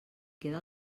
queda